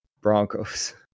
Broncos